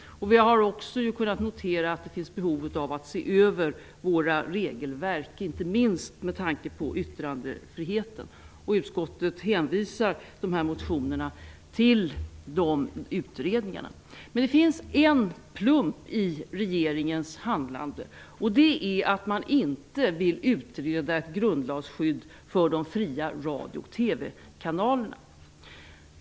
Vi har också kunnat notera att det finns behov av att se över våra regelverk, inte minst med tanke på yttrandefriheten. Utskottet hänvisar de här motionerna till de utredningarna. Det finns dock en plump i regeringens handlande, nämligen att man inte vill utreda ett grundlagsskydd för de fria radio och TV-kanalerna.